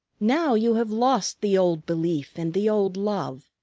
now you have lost the old belief and the old love,